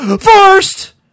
first